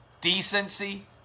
decency